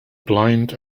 blind